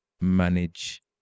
manage